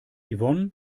yvonne